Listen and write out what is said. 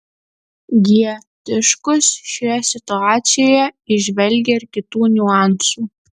g tiškus šioje situacijoje įžvelgė ir kitų niuansų